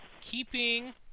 keeping